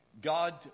God